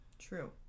True